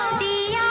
be